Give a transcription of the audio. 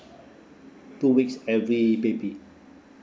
two weeks every baby